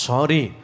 Sorry